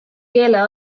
keele